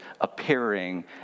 appearing